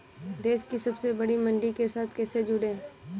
देश की सबसे बड़ी मंडी के साथ कैसे जुड़ें?